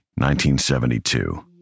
1972